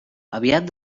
aviat